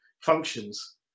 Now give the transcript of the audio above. functions